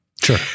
Sure